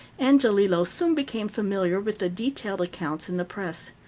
angiolillo soon became familiar with the detailed accounts in the press.